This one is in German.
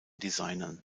designern